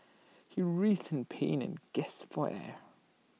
he writhed in pain and gasped for air